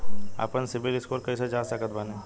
आपन CIBIL score कैसे जांच सकत बानी?